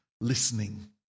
Listening